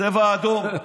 צבע אדום.